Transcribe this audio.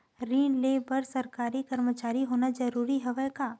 ऋण ले बर सरकारी कर्मचारी होना जरूरी हवय का?